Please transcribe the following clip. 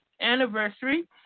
anniversary